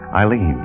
Eileen